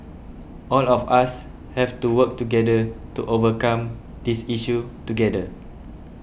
all of us have to work together to overcome this issue together